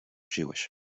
jewish